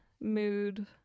mood